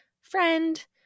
friend